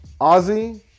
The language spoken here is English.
Ozzy